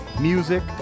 music